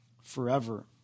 forever